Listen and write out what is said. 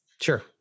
Sure